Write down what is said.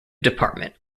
department